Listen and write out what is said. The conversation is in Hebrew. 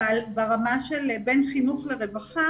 אבל ברמה של בין חינוך לרווחה,